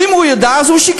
ואם הוא ידע, אז הוא שיקר.